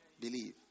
Believe